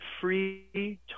free